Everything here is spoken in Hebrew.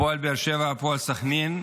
הפועל באר שבע והפועל סח'נין,